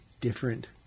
different